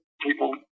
People